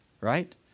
right